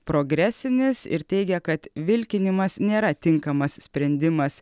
progresinis ir teigia kad vilkinimas nėra tinkamas sprendimas